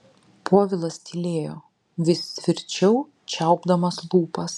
povilas tylėjo vis tvirčiau čiaupdamas lūpas